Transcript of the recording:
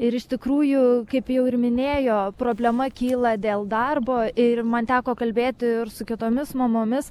ir iš tikrųjų kaip jau ir minėjo problema kyla dėl darbo ir man teko kalbėti ir su kitomis mamomis